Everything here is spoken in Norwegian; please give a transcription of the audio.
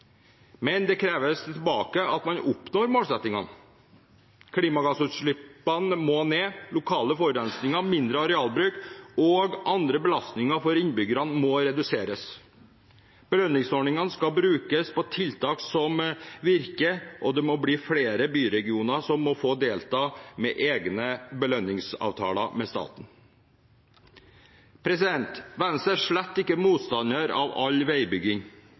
Men det kreves at man oppnår målsettingene. Klimagassutslippene må ned, og lokale forurensninger, arealbruk og andre belastninger for innbyggerne må reduseres. Belønningsordningene skal brukes på tiltak som virker, og flere byregioner må få delta med egne belønningsavtaler med staten. Venstre er slett ikke motstander av all veibygging,